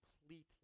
completely